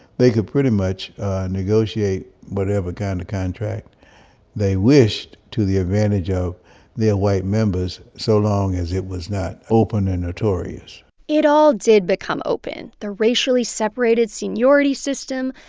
they could pretty much negotiate whatever kind of contract they wished to the advantage of their white members so long as it was not open and notorious it all did become open the racially separated seniority system,